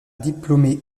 diplômé